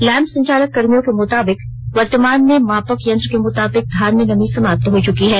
लैंपस संचालक कर्मियों के मुताबिक वर्तमान में मापक यंत्र के मुताबिक धान में नमी समाप्त हो चुकी है